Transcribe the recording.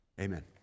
Amen